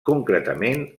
concretament